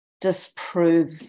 disprove